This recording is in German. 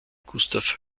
gustav